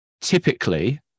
Typically